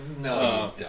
No